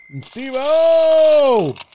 Steve-O